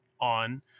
on